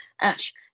Ash